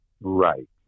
right